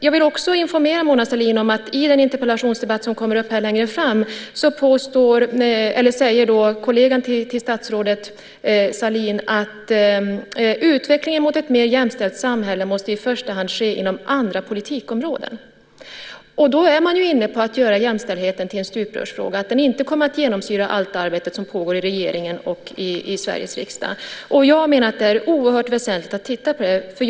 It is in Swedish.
Jag vill också informera Mona Sahlin om att hennes statsrådskollega i det interpellationssvar vi ska debattera längre fram säger att utvecklingen mot ett mer jämställt samhälle i första hand måste ske inom andra politikområden. Då är man ju inne på att göra jämställdheten till en stuprörsfråga och till något som alltså inte kommer att genomsyra allt arbete som pågår i regeringen och i Sveriges riksdag. Jag menar att det är oerhört väsentligt att titta på detta.